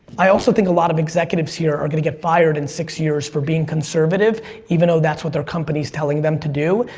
i also think a lot of executives here are going to get fired in six years for being conservative even though that's what their company's telling them to do.